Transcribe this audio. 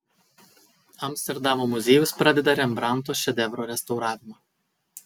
amsterdamo muziejus pradeda rembrandto šedevro restauravimą